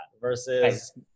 versus